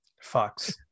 Fox